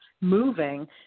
moving